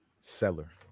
seller